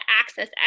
access